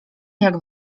jak